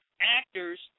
actors